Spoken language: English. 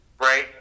right